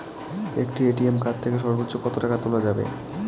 একটি ATM card থেকে সর্বোচ্চ কত টাকা তোলা যাবে?